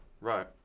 Right